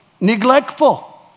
neglectful